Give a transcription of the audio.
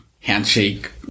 handshake